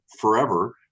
forever